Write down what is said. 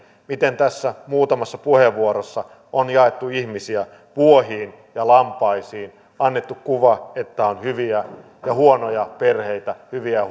miten tässä muutamassa puheenvuorossa on jaettu ihmisiä vuohiin ja lampaisiin annettu kuva että on hyviä ja huonoja perheitä hyviä